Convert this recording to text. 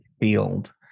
field